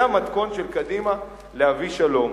זה המתכון של קדימה להביא שלום.